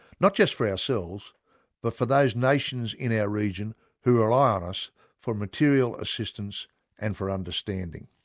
not just for ourselves but for those nations in our region who rely on us for material assistance and for understanding.